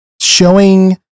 showing